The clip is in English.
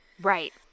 right